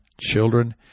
children